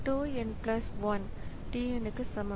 tau n 1 t n க்கு சமம்